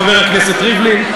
חבר הכנסת ריבלין,